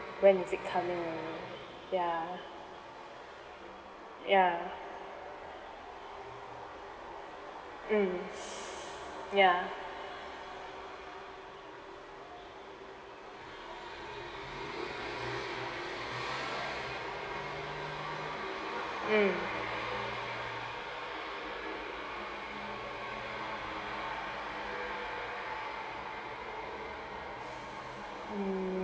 when is it coming only ya ya mm ya mm mm